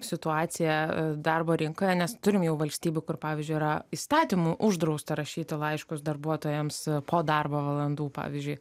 situaciją darbo rinkoje nes turim jau valstybių kur pavyzdžiui yra įstatymu uždrausta rašyti laiškus darbuotojams po darbo valandų pavyzdžiui